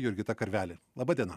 jurgita karveli laba diena